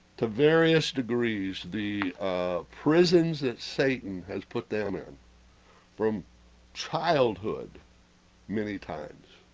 the various, degrees the prisons that satan, has put them in from childhood many times